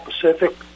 Pacific